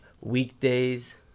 Weekdays